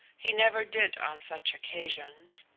he never did on such occasions,